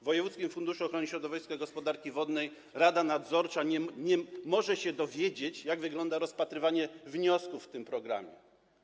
W wojewódzkim funduszu ochrony środowiska i gospodarki wodnej rada nadzorcza nie może się dowiedzieć, jak wygląda rozpatrywanie wniosków w tym programie.